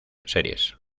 series